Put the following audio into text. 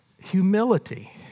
humility